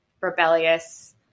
rebellious